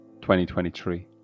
2023